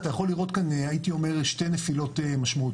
אתה יכול לראות כאן הייתי אומר שתי נפילות משמעותיות.